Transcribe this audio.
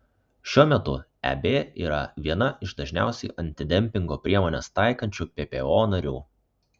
šiuo metu eb yra viena iš dažniausiai antidempingo priemones taikančių ppo narių